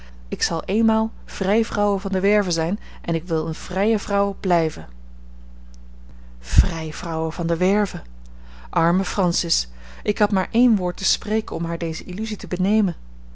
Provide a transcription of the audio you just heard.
ik zal eenmaal vrijvrouwe van de werve zijn en ik wil eene vrije vrouw blijven vrijvrouwe van de werve arme francis ik had maar één woord te spreken om haar deze illusie te benemen